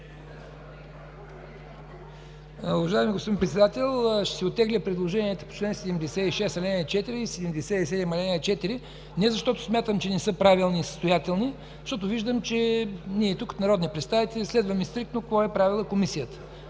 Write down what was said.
Уважаеми господин Председател, ще оттегля предложенията по чл. 76, ал. 4 и чл. 77, ал. 4 не защото смятам, че не са правилни и състоятелни, защото виждам, че ние тук, народните представители, следваме стриктно какво е правила Комисията.